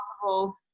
possible